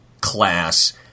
class